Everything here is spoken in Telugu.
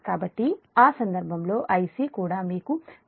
కాబట్టి ఆ సందర్భంలో Ic కూడా మీకు 25